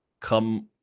come